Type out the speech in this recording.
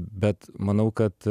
bet manau kad